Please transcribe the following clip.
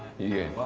yes,